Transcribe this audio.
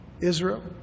Israel